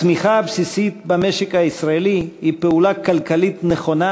התמיכה הבסיסית במשק הישראלי היא פעולה כלכלית נכונה,